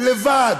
לבד,